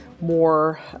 more